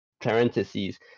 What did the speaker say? parentheses